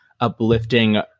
uplifting